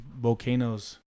volcanoes